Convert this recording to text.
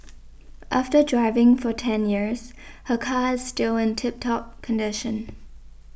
after driving for ten years her car is still in tip top condition